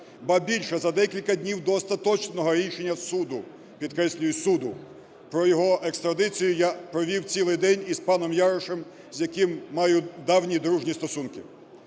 Більше за декілька днів до остаточного рішення суду, підкреслюю, суду, про його екстрадицію я провів цілий день із паном Ярошем з яким маю давні, дружні стосунки.